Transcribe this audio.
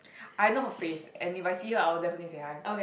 I know her face and if I see her I would definitely say hi